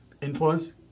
influence